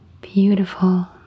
beautiful